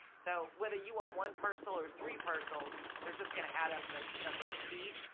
so whether you own one parcel or three parcels, they're just going to add up the number of feet.